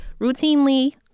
routinely